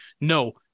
no